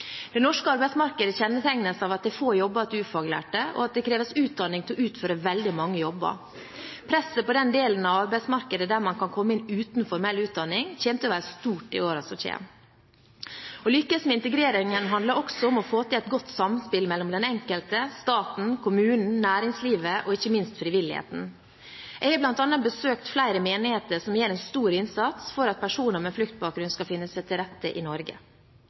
Det norske arbeidsmarkedet kjennetegnes av at det er få jobber til ufaglærte, og at det kreves utdanning for å utføre veldig mange jobber. Presset på den delen av arbeidsmarkedet der man kan komme inn uten formell utdanning, kommer til å være stort i årene som kommer. Å lykkes med integrering handler også om å få til et godt samspill mellom den enkelte, staten, kommunen, næringslivet og ikke minst frivilligheten. Jeg har bl.a. besøkt flere menigheter som gjør en stor innsats for at personer med fluktbakgrunn skal finne seg til rette i Norge.